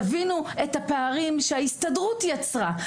תבינו את הפערים שההסתדרות יצרה,